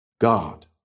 God